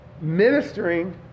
ministering